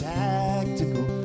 tactical